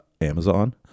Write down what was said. Amazon